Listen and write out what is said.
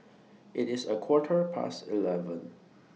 IT IS A Quarter Past eleven